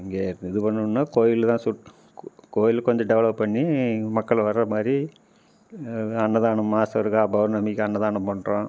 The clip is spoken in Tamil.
இங்கே இது பண்ணணுன்னால் கோயிலில் தான் சுட் கோ கோயில் கொஞ்சம் டெவலப் பண்ணி மக்கள் வர்ற மாதிரி அன்னதானம் மாதம் ஒருக்கா பௌர்ணமிக்கு அன்னதானம் பண்ணுறோம்